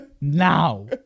now